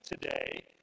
today